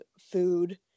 food